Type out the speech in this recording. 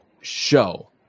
show